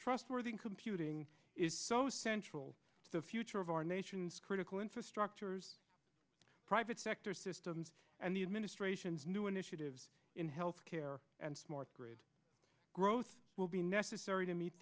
trustworthy computing is so central to the future of our nation's critical infrastructures private sector systems and the administration's new initiatives in health care and smart grid growth will be necessary to meet